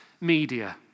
media